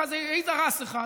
איזה יזהר הס אחד,